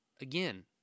Again